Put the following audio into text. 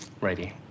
ready